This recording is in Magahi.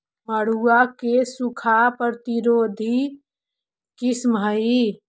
मड़ुआ के सूखा प्रतिरोधी किस्म हई?